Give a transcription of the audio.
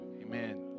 Amen